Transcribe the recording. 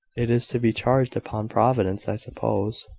it is to be charged upon providence, i suppose,